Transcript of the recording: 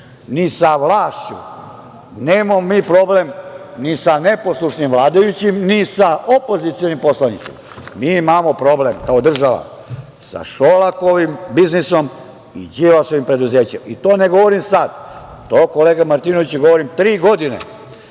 ni sa vlašću, nemamo mi problem ni sa neposlušnim vladajućim, ni sa opozicionim poslanicima. Mi imamo problem kao država sa Šolakovim biznisom i Đilasovim preduzećem. To ne govorim sad, to kolega Martinoviću govorim tri godine,